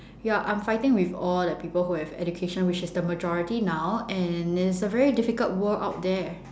ya I'm fighting with all the people who have education which is the majority now and is a very difficult world out there